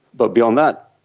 but beyond that,